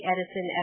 Edison